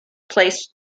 placed